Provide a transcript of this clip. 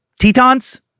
Tetons